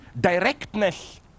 directness